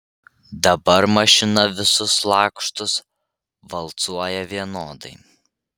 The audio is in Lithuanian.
dabar mašina visus lakštus valcuoja vienodai